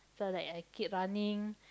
so like I kept running